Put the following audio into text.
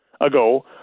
ago